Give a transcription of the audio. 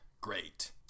great